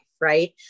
right